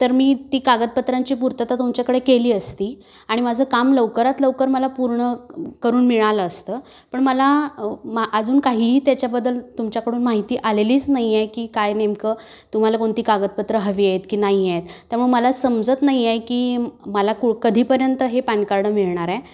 तर मी ती कागदपत्रांची पुूर्तता तुमच्याकडे केली असती आणि माझं काम लवकरात लवकर मला पूर्ण करून मिळालं असतं पण मला मा अजून काहीही त्याच्याबद्दल तुमच्याकडून माहिती आलेलीच नाहीये की काय नेमकं तुम्हाला कोणती कागदपत्र हवी आहेत की नाहियेत त्यामुळे मला समजत नाहीये की मला कु कधीपर्यंत हे पॅन कार्ड मिळणारय